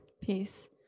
Peace